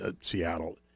Seattle